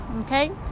Okay